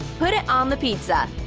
put it on the pizza.